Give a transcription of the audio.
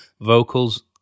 Vocals